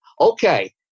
okay